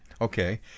okay